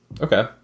Okay